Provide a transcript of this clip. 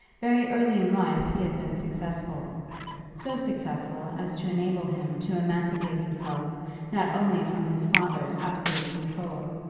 very early in life he had been successful so successful as to enable him to emancipate himself not only from his father's absolute control,